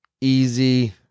easy